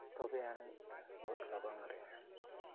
ᱛᱚᱵᱮ ᱟᱹᱱᱤᱡ ᱨᱩᱣᱟᱹᱜᱼᱨᱟᱵᱟᱝᱨᱮ